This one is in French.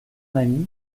ami